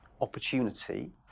opportunity